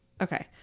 Okay